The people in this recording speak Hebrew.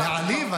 להעליב?